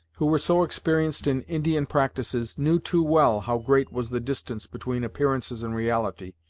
who were so experienced in indian practices, knew too well how great was the distance between appearances and reality,